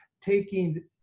taking